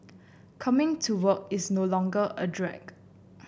coming to work is no longer a drag